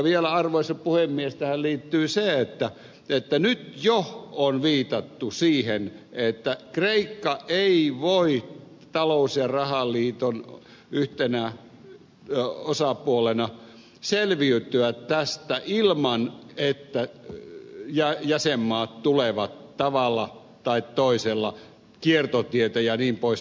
vielä arvoisa puhemies tähän liittyy se että nyt jo on viitattu siihen että kreikka ei voi talous ja rahaliiton yhtenä osapuolena selviytyä tästä ilman että jäsenmaat tulevat tavalla tai toisella kiertotietä jnp